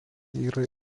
yra